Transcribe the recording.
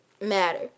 matter